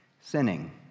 sinning